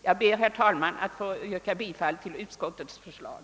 Jag ber, herr talman, att få yrka bifall till utskottets hemställan.